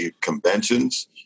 conventions